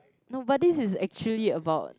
no but this is actually about